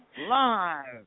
live